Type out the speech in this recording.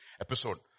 episode